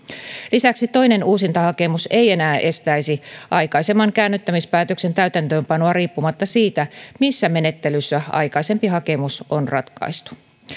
lisäksi toinen uusintahakemus ei enää estäisi aikaisemman käännyttämispäätöksen täytäntöönpanoa riippumatta siitä missä menettelyssä aikaisempi hakemus on ratkaistu